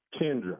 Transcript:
Kendra